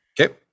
Okay